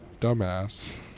dumbass